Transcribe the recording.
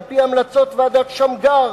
על-פי המלצות ועדת-שמגר,